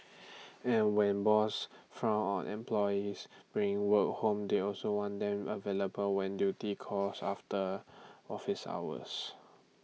and when boss frown on employees bring work home they also want them available when duty calls after office hours